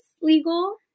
legal